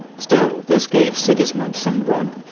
still this gave sigismund some room,